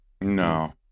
No